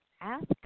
Ask